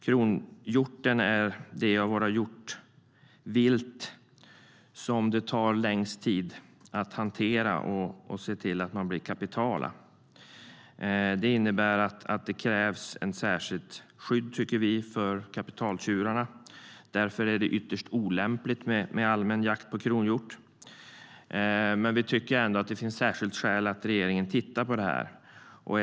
Kronhjorten är den av våra hjortvilt som det tar längst tid att hantera för att den ska bli kapital. Det innebär att det krävs ett särskilt skydd för kapitaltjurarna. Därför är det ytterst olämpligt med allmän jakt på kronhjort, men vi anser att det finns skäl för regeringen att titta på frågan.